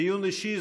דיון אישי,